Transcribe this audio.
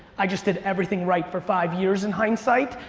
i just did everything right for five years in hindsight,